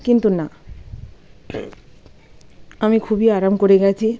কিন্তু না আমি খুবই আরাম করে গেছি